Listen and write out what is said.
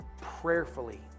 prayerfully